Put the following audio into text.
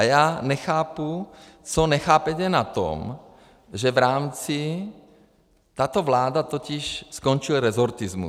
Já nechápu, co nechápete na tom, že v rámci tato vláda totiž skončil resortismus.